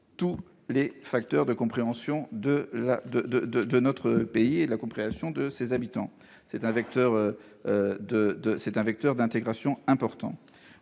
tous les facteurs de compréhension de notre pays et de ses habitants. C'est un vecteur d'intégration important.